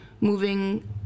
moving